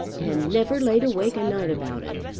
and never laid awake a night about it.